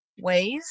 ways